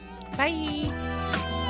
Bye